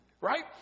Right